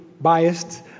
biased